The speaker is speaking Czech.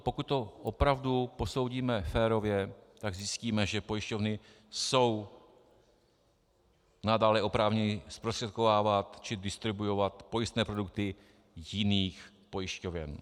Pokud to opravdu posoudíme férově, tak zjistíme, že pojišťovny jsou nadále oprávněny zprostředkovávat či distribuovat pojistné produkty jiných pojišťoven.